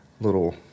little